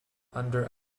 under